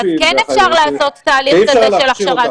אז כן אפשר לעשות תהליך של הכשרה.